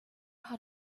how